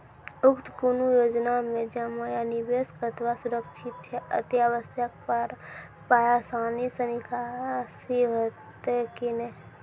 उक्त कुनू योजना मे जमा या निवेश कतवा सुरक्षित छै? अति आवश्यकता पर पाय आसानी सॅ निकासी हेतै की नै?